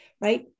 right